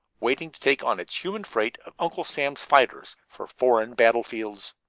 waiting to take on its human freight of uncle sam's fighters for foreign battlefields.